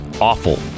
Awful